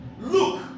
Look